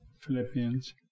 Philippians